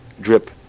drip